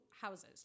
houses